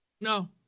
No